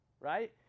right